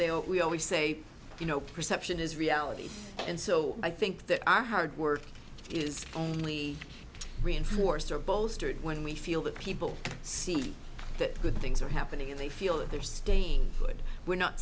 don't we always say you know perception is reality and so i think that our hard work is only reinforced or bolstered when we feel that people see that good things are happening and they feel that they're staying good we're not